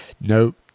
Nope